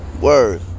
Word